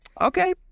okay